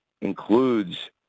includes